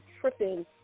tripping